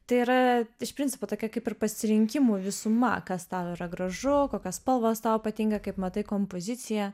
tai yra iš principo tokia kaip ir pasirinkimų visuma kas tau yra gražu kokios spalvos tau patinka kaip matai kompoziciją